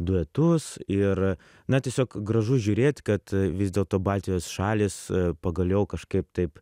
duetus ir na tiesiog gražu žiūrėt kad vis dėlto baltijos šalys pagaliau kažkaip taip